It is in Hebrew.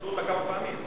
הרסו אותו כמה פעמים.